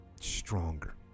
stronger